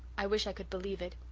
i wish i could believe it.